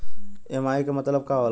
EMI के मतलब का होला?